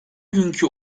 günkü